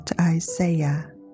Isaiah